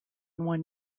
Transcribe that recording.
one